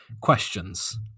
questions